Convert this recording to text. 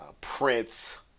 Prince